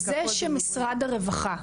זה שמשרד הרווחה,